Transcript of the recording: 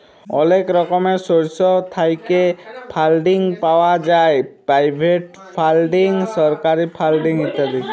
অলেক রকমের সোর্স থ্যাইকে ফাল্ডিং পাউয়া যায় পেরাইভেট ফাল্ডিং, সরকারি ফাল্ডিং ইত্যাদি